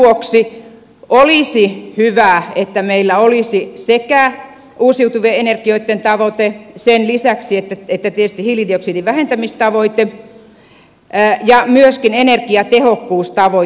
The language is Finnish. tämän vuoksi olisi hyvä että meillä olisi sekä uusiutuvien energioitten tavoite sen lisäksi että on tietysti hiilidioksidin vähentämistavoite ja myöskin energiatehokkuustavoite